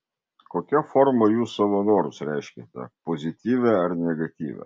kokia forma jūs savo norus reiškiate pozityvia ar negatyvia